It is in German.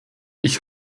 ich